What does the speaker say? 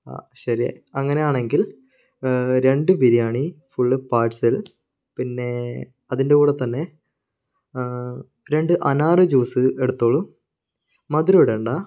ആ ശരി അങ്ങനെ ആണെങ്കിൽ രണ്ട് ബിരിയാണി ഫുൾ പാഴ്സൽ പിന്നെ അതിൻ്റെ കൂടെ തന്നെ രണ്ട് അനാർ ജ്യൂസ് എടുത്തോളു മധുരം ഇടേണ്ട